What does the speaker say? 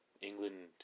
England